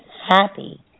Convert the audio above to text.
happy